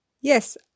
Yes